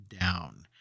down